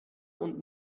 und